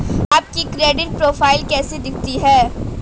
आपकी credit profile कैसी दिखती है?